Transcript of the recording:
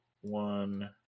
one